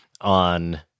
on